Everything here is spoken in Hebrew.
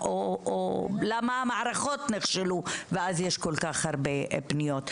למה המערכות נכשלו ואז יש כל כך הרבה פניות?